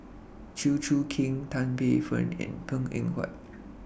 Chew Choo Keng Tan Paey Fern and Png Eng Huat